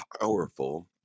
powerful